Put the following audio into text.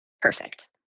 perfect